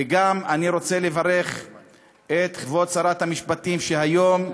וגם, אני רוצה לברך את כבוד שרת המשפטים, שהיום,